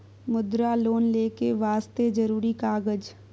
मुद्रा लोन लेके वास्ते जरुरी कागज?